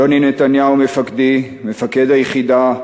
יוני נתניהו, מפקדי, מפקד היחידה,